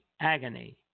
agony